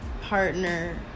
partner